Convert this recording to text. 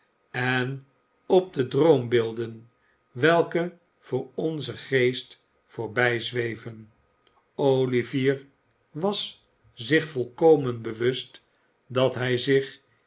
en op de droombeelden welke voor onze geest voorbijzweven olivier was zich volkomen bewust dat hij olivier twrst zich